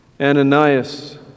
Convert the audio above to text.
Ananias